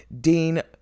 Dean